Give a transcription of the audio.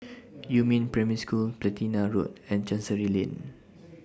Yumin Primary School Platina Road and Chancery Lane